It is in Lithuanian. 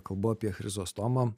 kalbu apie chrizostomą